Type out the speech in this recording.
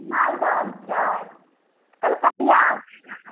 मालदह आम छै कलकतिआ आम छै